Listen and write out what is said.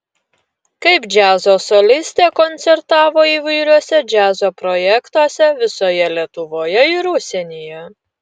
kaip džiazo solistė koncertavo įvairiuose džiazo projektuose visoje lietuvoje ir užsienyje